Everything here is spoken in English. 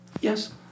Yes